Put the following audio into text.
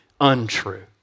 untrue